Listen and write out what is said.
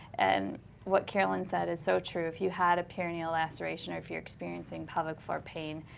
and what carolyn said is so true. if you had a perineal laceration or if you're experiencing pelvic floor pain,